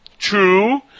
true